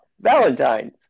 Valentine's